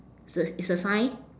it's a it's a sign